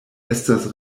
estas